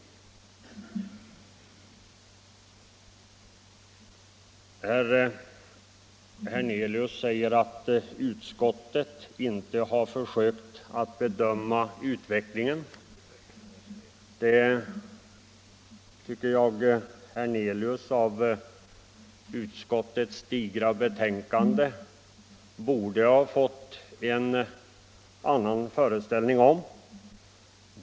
Herr Hernelius säger att utskottet inte har försökt bedöma utvecklingen. Herr Hernelius borde ha fått en annan uppfattning av utskottets digra betänkande.